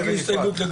כן, הן פה השתרבבו.